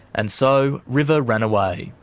and so, river ran away.